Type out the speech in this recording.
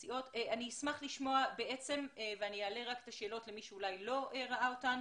אני אעלה את השאלות למי שאולי לא ראה אותן.